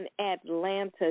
Atlanta